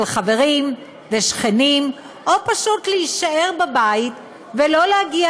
חברים ושכנים או פשוט להישאר בבית ולא להגיע,